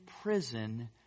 prison